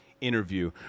interview